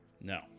No